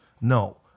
No